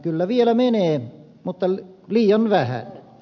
kyllä vielä menee mutta liian vähän